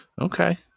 Okay